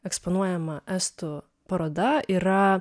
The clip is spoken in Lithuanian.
eksponuojama estų paroda yra